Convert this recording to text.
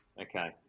Okay